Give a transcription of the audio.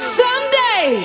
someday